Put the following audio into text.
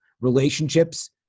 relationships